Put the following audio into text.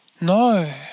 No